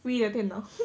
free 的电脑